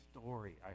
story